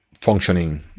functioning